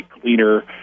cleaner